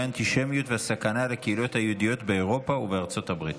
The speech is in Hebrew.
האנטישמיות והסכנה לקהילות היהודיות באירופה ובארה"ב.